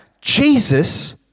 Jesus